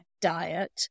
diet